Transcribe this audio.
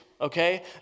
okay